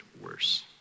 worse